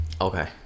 Okay